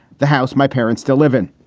the house my parents still live in.